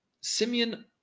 Simeon